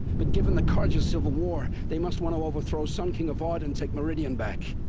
but given the carja civil war. they must want to overthrow sun king avad, and take meridian back.